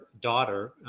daughter